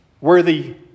worthy